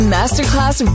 Masterclass